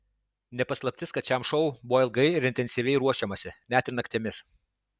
ne paslaptis kad šiam šou buvo ilgai ir intensyviai ruošiamasi net ir naktimis